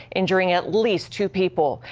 injuring at least two people.